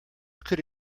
could